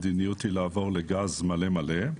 המדיניות היא לעבור לגז מלא-מלא.